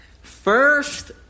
first